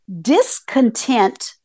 Discontent